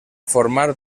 formar